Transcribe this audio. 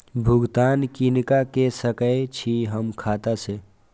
भुगतान किनका के सकै छी हम खाता से?